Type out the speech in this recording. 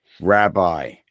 Rabbi